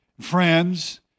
friends